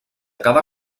cada